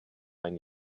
ein